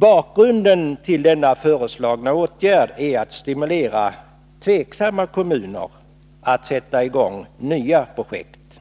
Bakgrunden till den föreslagna åtgärden är att stimulera tveksamma kommuner att sätta i gång nya projekt.